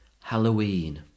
Halloween